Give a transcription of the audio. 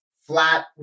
flat